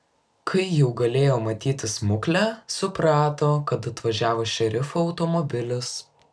kai jau galėjo matyti smuklę suprato kad atvažiavo šerifo automobilis